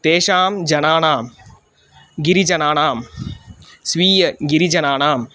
तेषां जनानां गिरिजनानां स्वीयगिरिजनानां